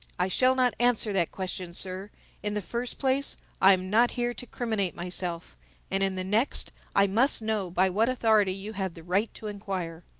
i shall not answer that question, sir in the first place i am not here to criminate myself and, in the next, i must know by what authority you have the right to inquire.